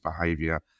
behavior